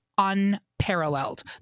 unparalleled